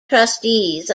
trustees